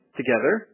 together